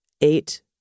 eight